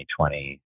2020